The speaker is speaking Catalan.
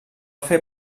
fer